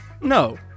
no